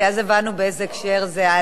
כי אז הבנו באיזה הקשר זה,